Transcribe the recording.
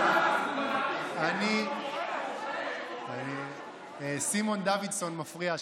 נכבדה, סימון דוידסון מפריע שם.